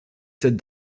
sept